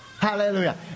Hallelujah